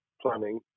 planning